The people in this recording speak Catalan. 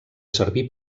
servir